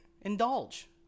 Indulge